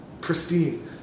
pristine